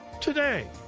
today